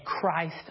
Christ